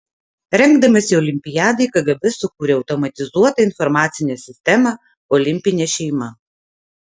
rengdamasi olimpiadai kgb sukūrė automatizuotą informacinę sistemą olimpinė šeima